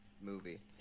movie